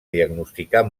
diagnosticar